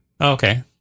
okay